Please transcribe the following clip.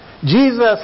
Jesus